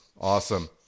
Awesome